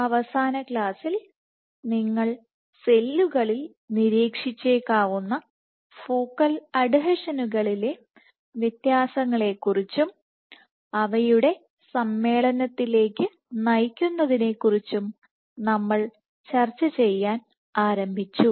അവസാന ക്ലാസിൽ നിങ്ങൾ സെല്ലുകളിൽ നിരീക്ഷിച്ചേക്കാവുന്ന ഫോക്കൽ അഡ്ഹീഷനുകളിലെ വ്യത്യാസങ്ങളെക്കുറിച്ചും അവയുടെ സമ്മേളനത്തിലേക്ക് നയിക്കുന്നതിനെക്കുറിച്ചും നമ്മൾ ചർച്ചചെയ്യാൻ ആരംഭിച്ചു